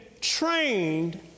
trained